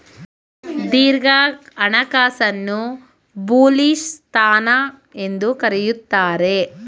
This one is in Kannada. ದೀರ್ಘ ಹಣಕಾಸನ್ನು ಬುಲಿಶ್ ಸ್ಥಾನ ಎಂದು ಕರೆಯುತ್ತಾರೆ